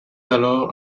alors